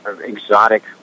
exotic